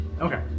Okay